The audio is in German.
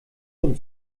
und